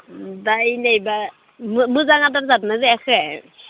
दा नैबा मोजां आदार जादोना जायाखै